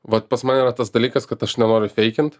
vat pas mane yra tas dalykas kad aš nenoriu feikint